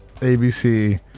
abc